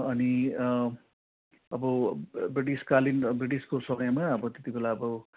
अनि अब ब्रिटिसकालीन ब्रिटिसको समयमा अब त्यति बेला अब